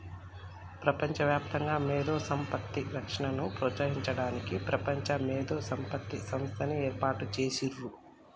ప్రపంచవ్యాప్తంగా మేధో సంపత్తి రక్షణను ప్రోత్సహించడానికి ప్రపంచ మేధో సంపత్తి సంస్థని ఏర్పాటు చేసిర్రు